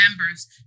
members